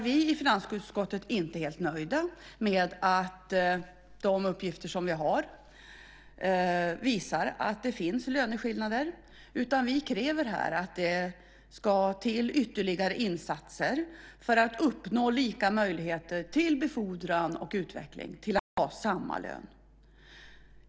Vi i finansutskottet är inte helt nöjda med att de uppgifter vi har visar att det finns löneskillnader. Vi kräver ytterligare insatser för att uppnå lika möjligheter till befordran och utveckling till samma lön.